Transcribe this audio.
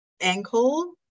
ankle